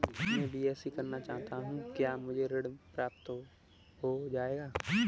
मैं बीएससी करना चाहता हूँ क्या मुझे ऋण प्राप्त हो जाएगा?